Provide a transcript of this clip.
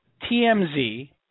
TMZ